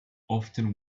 often